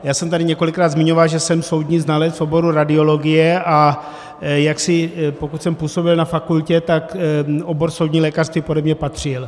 Já jsem tady několikrát zmiňoval, že jsem soudní znalec v oboru radiologie a jaksi pokud jsem působil na fakultě, tak obor soudní lékařství pode mne patřil.